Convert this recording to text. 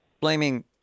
blaming